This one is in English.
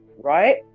right